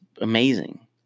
amazing